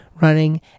running